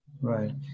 Right